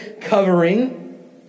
covering